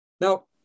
Now